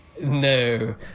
No